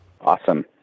Awesome